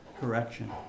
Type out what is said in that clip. correction